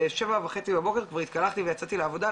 בשבע וחצי בבוקר כבר התקלחתי ויצאתי לעבודה,